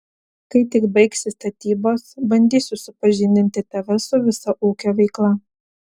kai tik baigsis statybos bandysiu supažindinti tave su visa ūkio veikla